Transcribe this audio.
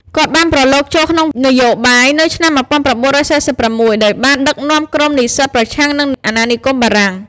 គាត់ បានប្រឡូកចូលក្នុងនយោបាយ នៅឆ្នាំ១៩៤៦ ដោយបានដឹកនាំក្រុមនិស្សិតប្រឆាំងនឹងអាណានិគមបារាំង។